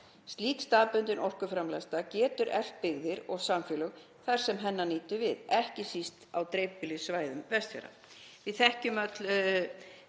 Slík staðbundin orkuframleiðsla getur eflt byggðir og samfélög þar sem hennar nýtur við, ekki síst á dreifbýlissvæðum Vestfjarða.“